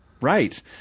Right